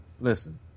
listen